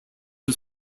was